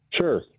Sure